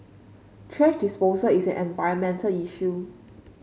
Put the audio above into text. thrash disposal is an environmental issue